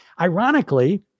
ironically